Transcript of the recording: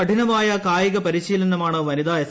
കഠിനമായ കായിക പരിശീലനമാണ് വനിതാ എസ്